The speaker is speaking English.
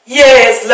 yes